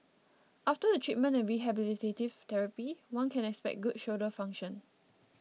after the treatment and rehabilitative therapy one can expect good shoulder function